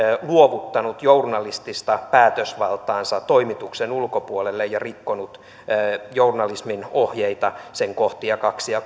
luovuttanut journalistista päätösvaltaansa toimituksen ulkopuolelle ja rikkonut journalistin ohjeita niiden kohtia kaksi ja